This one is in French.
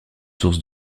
source